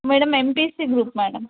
madam MPC group madam